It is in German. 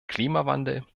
klimawandel